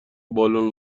بالن